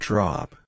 Drop